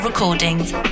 Recordings